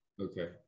Okay